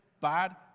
bad